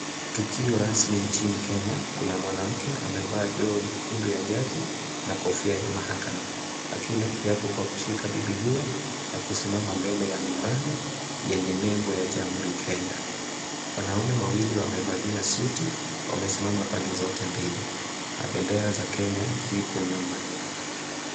Tukio rasmi nchini Kenya. Kuna mwanamke amevaa joho nyekundu ya jaji na kofia ya mahakama akila kiapo kwa kushika Biblia na kusimama mbele ya mimbaru yenye nembo ya Jamhuri Kenya. Wanaume wawili wamevalia suti wamesimama pande zote mbili na bendera za Kenya zipo nyuma.